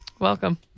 welcome